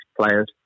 players